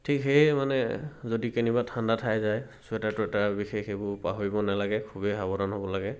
ঠিক সেয়ে মানে যদি কেনিবা ঠাণ্ডা ঠাই যায় চুৱেটাৰ টুৱেটাৰ বিশেষ সেইবোৰ পাহৰিব নালাগে খুবেই সাৱধান হ'ব লাগে